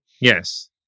Yes